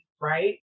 right